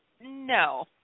No